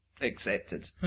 accepted